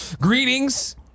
Greetings